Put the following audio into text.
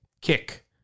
Kick